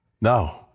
No